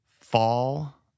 fall